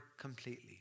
completely